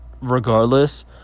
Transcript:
regardless